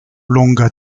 longa